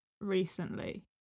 recently